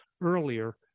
earlier